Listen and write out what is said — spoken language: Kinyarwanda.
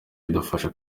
bidufasha